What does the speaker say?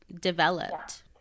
developed